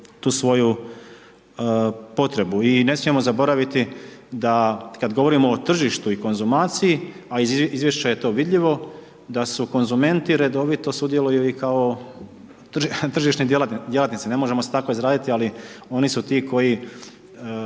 tu svoju potrebu i ne smijemo zaboraviti da kad govorimo o tržištu i konzumaciji, a iz izvješća je to vidljivo, da su konzumenti redovito sudjeluju i kao tržišni djelatnici, ne možemo se tako izraziti, ali oni su ti koji